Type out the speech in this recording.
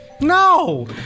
No